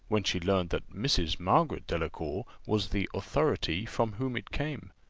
when she learnt that mrs. margaret delacour was the authority from whom it came.